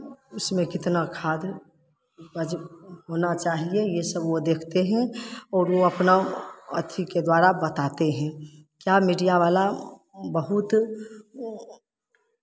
उसमें कितना खाद उपज होना चाहिए ये सब वो देखते हैं और वो अपना अथी के द्वारा बताते हैं क्या मीडिया वाला बहुत